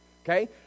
Okay